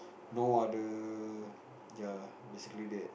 no other ya basically that